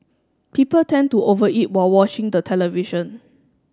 people tend to over eat while watching the television